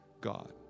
God